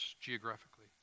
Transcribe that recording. geographically